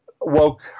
woke